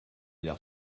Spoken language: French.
l’air